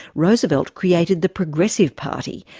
roosevelt created the progressive party,